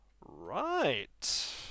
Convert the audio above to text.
right